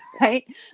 right